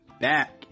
Back